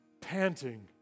panting